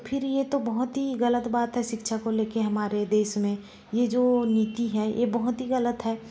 फिर ये तो बहुत ही गलत बात है शिक्षा को लेके हमारे देश में ये जो नीति है ये बहुत ही गलत है